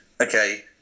Okay